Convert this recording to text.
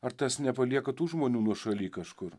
ar tas nepalieka tų žmonių nuošaly kažkur